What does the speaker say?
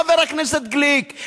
חבר הכנסת גליק.